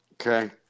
Okay